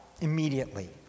immediately